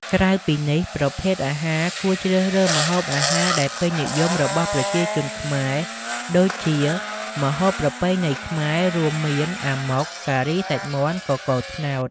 ក្រៅពីនេះ ប្រភេទអាហារគួរជ្រើសរើសម្ហូបអាហារដែលពេញនិយមរបស់ប្រជាជនខ្មែរ ដូចជា ម្ហូបប្រពៃណីខ្មែរ រួមមាន អាម៉ុក ការីសាច់មាន់ កកូរត្នោត។